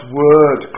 word